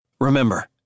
Remember